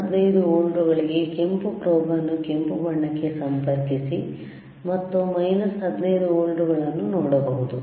15 ವೋಲ್ಟ್ಗಳಿಗೆ ಕೆಂಪು ಪ್ರೋಬ್ ಅನ್ನು ಕೆಂಪು ಬಣ್ಣಕ್ಕೆ ಸಂಪರ್ಕಿಸಿ ಮತ್ತು 15 ವೋಲ್ಟ್ಗಳನ್ನು ನೋಡಬಹುದು